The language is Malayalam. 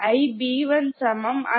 Ib Ib1 Ib2